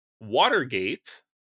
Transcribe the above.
Watergate